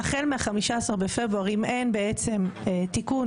מכך שהחל מה-15 בפברואר אם אין בעצם תיקון